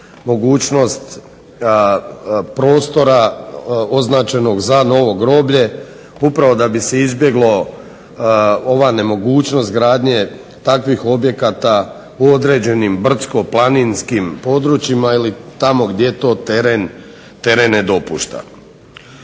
mogućnost prostora označenog za novo groblje upravo da bi se izbjeglo ova nemogućnost gradnje takvih objekata u određenim brdsko-planinskim područjima ili tamo gdje to teren ne dopušta.